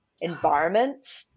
environment